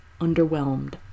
Underwhelmed